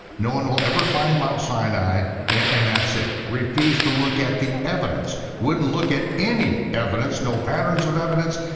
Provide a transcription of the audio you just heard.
no one will ever find mount sinai and that's it. refused to look at the evidence. wouldn't look at any evidence, no patterns of evidence.